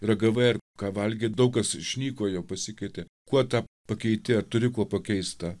ragavai ar ką valgei daug kas išnyko jau pasikeitė kuo tą pakeiti ar turi kuo pakeist tą